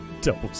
Double